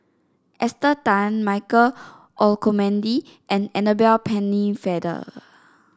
Esther Tan Michael Olcomendy and Annabel Pennefather